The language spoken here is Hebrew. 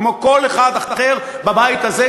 כמו כל אחד אחר בבית הזה.